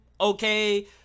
okay